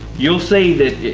you'll see that,